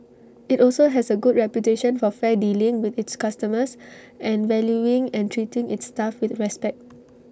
IT also has A good reputation for fair dealing with its customers and valuing and treating its staff with respect